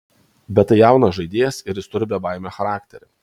bet tai jaunas žaidėjas ir jis turi bebaimio charakterį